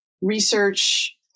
research